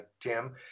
Tim